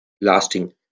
lasting